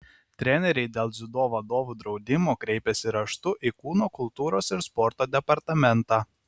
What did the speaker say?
treneriai dėl dziudo vadovų draudimo kreipėsi raštu į kūno kultūros ir sporto departamentą